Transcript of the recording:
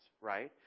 right